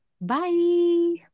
Bye